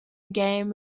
game